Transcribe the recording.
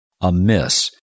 amiss